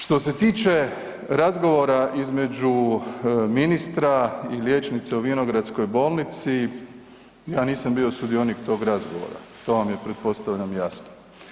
Što se tiče razgovora između ministra i liječnice u Vinogradskoj bolnici, ja nisam bio sudionik tog razgovora, to vam je pretpostavljam jasno.